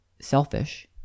selfish